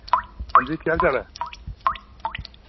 हांजी केह् हाल चाल ऐ